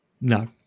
no